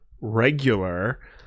regular